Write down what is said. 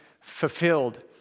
fulfilled